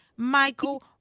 Michael